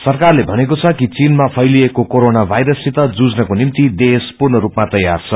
सरकारले भनेको छ कि चीनामा फैलिएको कोरोना वायरस सित जुझनको निम्ति देश पूर्ण स्पमा तेयार छ